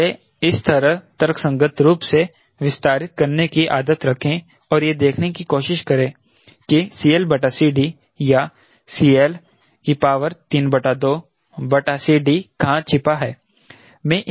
तो इसे इस तरह तर्कसंगत रूप से विस्तारित करने की आदत रखें और यह देखने की कोशिश करें कि या CL32CDकहां छिपा है